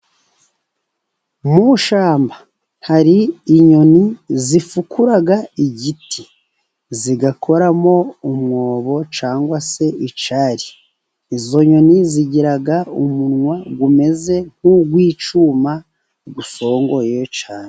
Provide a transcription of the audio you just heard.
Mu ishyamba hari inyoni zifukura igiti zigakoramo umwobo cyangwa se icyari. Izo nyoni zigira umunwa umeze nk'uw'icyuma usongoye cyane.